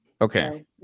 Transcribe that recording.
okay